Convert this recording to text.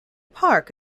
park